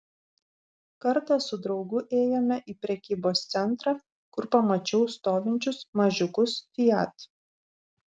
kartą su draugu ėjome į prekybos centrą kur pamačiau stovinčius mažiukus fiat